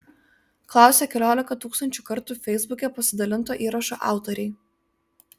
klausia keliolika tūkstančių kartų feisbuke pasidalinto įrašo autoriai